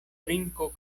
trinko